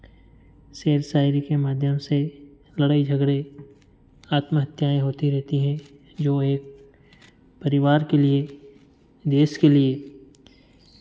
सेर शायरी के माध्यम से लड़ाई झगड़े आत्महत्याएँ होती रहती हैं जो एक परिवार के लिए देश के लिए